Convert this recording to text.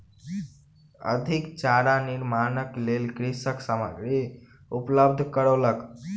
अधिक चारा निर्माणक लेल कृषक सामग्री उपलब्ध करौलक